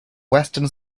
western